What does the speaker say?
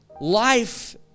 Life